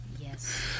Yes